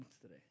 today